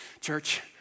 church